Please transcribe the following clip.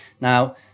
now